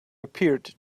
appeared